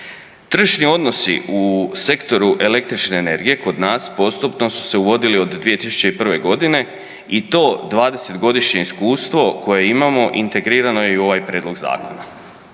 Tržišni odnosi u sektoru električne energije kod nas postupno su se uvodili od 2001.g. i to 20 godišnje iskustvo koje imamo integrirano je i u ovaj prijedlog zakona.